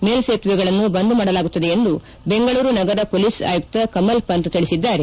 ಮೇಲ್ಲೇತುವೆಗಳನ್ನು ಬಂದ್ ಮಾಡಲಾಗುತ್ತದೆ ಎಂದು ಬೆಂಗಳೂರು ನಗರ ಮೊಲೀಸ್ ಆಯುಕ್ತ ಕಮಲ್ ಪಂತ್ ತಿಳಿಸಿದ್ದಾರೆ